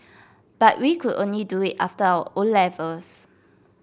but we could only do it after our O levels